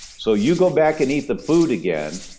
so you go back and eat the food again,